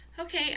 okay